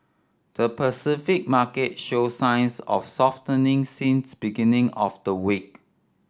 the Pacific market showed signs of softening since beginning of the week